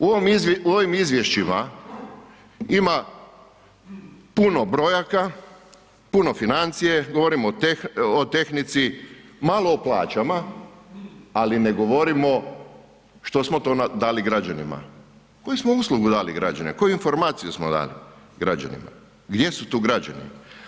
U ovim izvješćima ima puno brojaka, puno financije, govorimo o tehnici, malo o plaćama ali ne govorimo što smo to dali građanima, koju smo uslugu dali građanima, koje informacije smo dali građanima, gdje su tu građani?